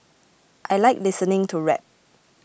I like listening to rap